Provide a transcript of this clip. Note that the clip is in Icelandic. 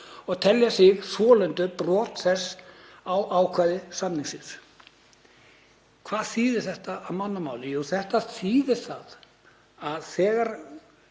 og telja sig þolendur brots þess á ákvæðum samningsins.“ Hvað þýðir þetta á mannamáli? Þetta þýðir að þegar,